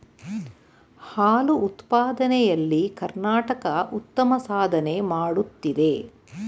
ಹಾಲು ಉತ್ಪಾದನೆ ಎಲ್ಲಿ ಕರ್ನಾಟಕ ಉತ್ತಮ ಸಾಧನೆ ಮಾಡುತ್ತಿದೆ